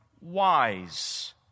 wise